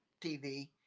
TV